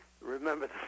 remember